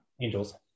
Angels